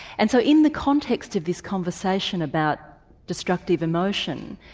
and so in the context of this conversation about destructive emotion,